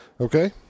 Okay